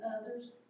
others